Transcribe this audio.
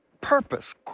Purpose